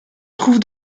trouve